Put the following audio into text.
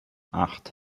acht